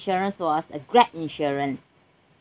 insurance was uh grab insurance